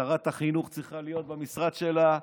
שרת החינוך צריכה להיות במשרד שלה,